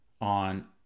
on